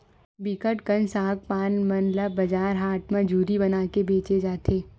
बिकट कन सग पान मन ल बजार हाट म जूरी बनाके बेंचे जाथे